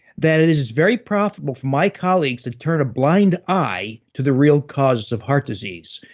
that it is is very profitable for my colleagues to turn a blind eye to the real causes of heart disease.